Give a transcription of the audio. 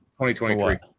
2023